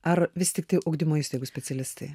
ar vis tiktai ugdymo įstaigų specialistai